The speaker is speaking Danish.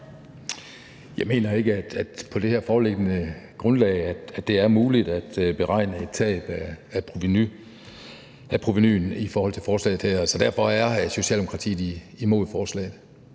Jeg mener ikke, at det på det foreliggende grundlag er muligt at beregne et tab af provenu i forhold til forslaget her. Så derfor er Socialdemokratiet imod forslaget.